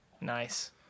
Nice